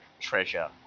treasure